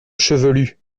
chevelu